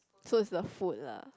so is the food lah